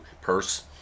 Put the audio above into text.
purse